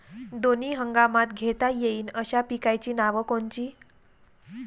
दोनी हंगामात घेता येईन अशा पिकाइची नावं कोनची?